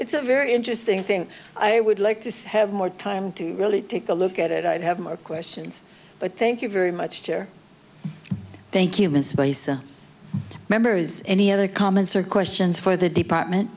it's a very interesting thing i would like to have more time to really take a look at it i have more questions but thank you very much thank you misplaced members any other comments or questions for the department